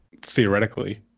theoretically